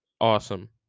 awesome